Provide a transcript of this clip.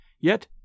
Yet